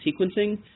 sequencing